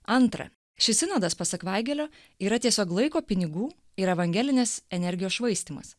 antra šis sinodas pasak vaigelio yra tiesiog laiko pinigų ir evangelinės energijos švaistymas